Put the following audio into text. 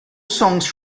songs